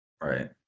right